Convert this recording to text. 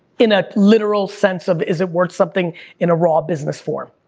in a literal sense of, is it worth something in a raw business form?